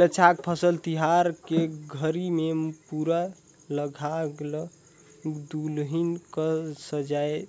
लद्दाख फसल तिहार के घरी मे पुरा लद्दाख ल दुलहिन कस सजाए